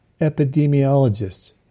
Epidemiologists